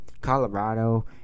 Colorado